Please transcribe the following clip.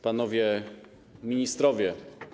Panowie Ministrowie!